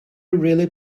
really